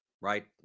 Right